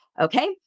Okay